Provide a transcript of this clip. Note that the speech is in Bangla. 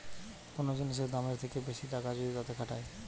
কোন জিনিসের দামের থেকে বেশি টাকা যদি তাতে খাটায়